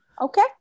okay